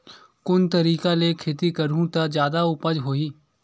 कोन तरीका ले खेती करहु त जादा उपज होही?